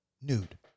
nude